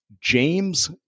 James